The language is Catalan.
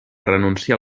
renunciar